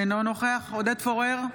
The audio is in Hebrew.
אינו נוכח עודד פורר,